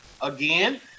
Again